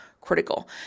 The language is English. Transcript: critical